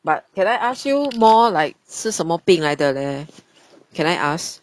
but can I ask you more like 吃什么病来的 leh can I ask